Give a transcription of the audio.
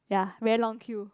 ya very long queue